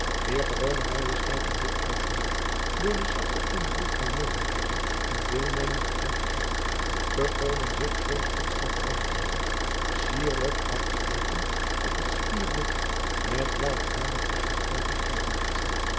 wier gewone majesteit in dit oogenblik door den zachten invloed van medelijden en deelneming getemperd werd vertoonden zich twee gitzwarte wenkbraauwen cierlijk afgeteekend op het spierwit met blaauwe adertjens doorkronkeld voorhoofd